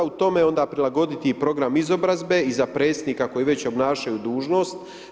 U tome onda prilagoditi i program izobrazbe i za predsjednika koji već obnašaju dužnost.